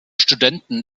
studenten